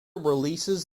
releases